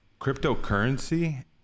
cryptocurrency